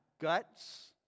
guts